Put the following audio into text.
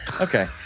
okay